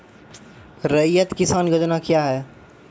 रैयत किसान योजना क्या हैं?